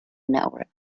network